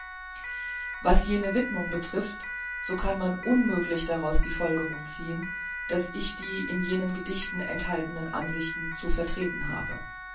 was jene widmung betrifft so kann man unmöglich daraus die folgerung ziehen daß ich die in jenen gedichten enthaltenen ansichten zu vertreten habe